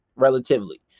Relatively